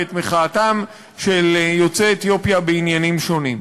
ואת מחאתם של יוצאי אתיופיה בעניינים שונים.